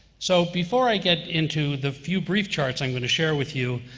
so, before i get into the few brief charts i'm going to share with you,